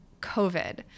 COVID